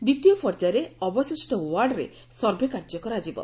ଦିତୀୟ ପର୍ଯ୍ୟାୟରେ ଅବଶିଷ୍ ଓ୍ୱାର୍ଡ୍ରେ ସର୍ଭେ କାର୍ଯ୍ୟ କରାଯିବ